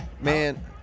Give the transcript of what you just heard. Man